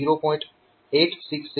866 અને વોલ્ટેજ 9